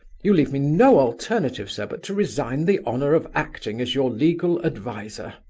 you leave me no alternative, sir, but to resign the honor of acting as your legal adviser